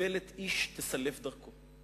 איוולת איש תסלף דרכו.